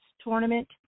tournament